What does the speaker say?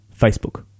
Facebook